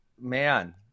man